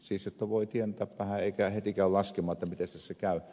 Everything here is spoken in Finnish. siis voi tienata vähän eikä heti käy laskemaan miten tässä käy